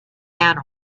and